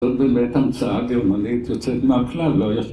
זאת באמת המצאה גרמנית יוצאת מהכלל לא